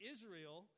Israel